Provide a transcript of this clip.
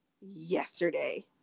yesterday